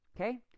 Okay